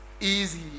easy